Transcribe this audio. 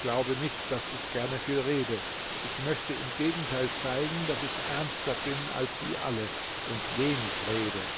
glaube nicht daß ich gerne viel rede ich möchte im gegenteil zeigen daß ich ernster bin als sie alle und wenig rede